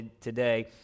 today